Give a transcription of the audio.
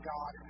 God